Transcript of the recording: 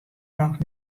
noch